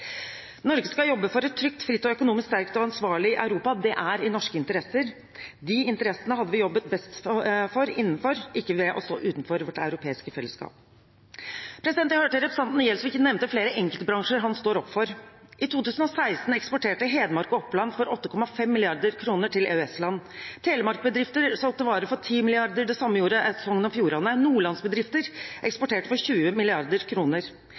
Norge skal jobbe for et trygt, fritt og økonomisk sterkt og ansvarlig Europa – det er i norsk interesse. De interessene hadde vi jobbet best for innenfor vårt europeiske fellesskap, ikke ved å stå utenfor det. Jeg hørte at representanten Gjelsvik nevnte flere enkeltbransjer han står opp for. I 2016 eksporterte Hedmark og Oppland for 8,5 mrd. kr til EØS-land. Telemark-bedrifter solgte varer for 10 mrd. kr, det samme gjorde Sogn og Fjordane. Nordlandsbedrifter eksporterte for 20